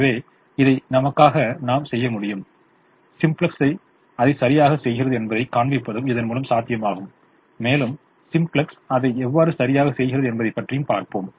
எனவே இதை நம்மளுக்காக நாம் செய்ய முடியும் சிம்ப்ளக்ஸ் அதைச் சரியாகச் செய்கிறது என்பதைக் காண்பிப்பதும் இதன்முலம் சாத்தியமாகும் மேலும் சிம்ப்ளக்ஸ் அதை எவ்வாறு சரியாகச் செய்கிறது என்பதைப் பற்றியும் பார்ப்போம்